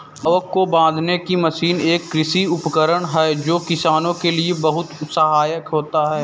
लावक को बांधने की मशीन एक कृषि उपकरण है जो किसानों के लिए बहुत सहायक होता है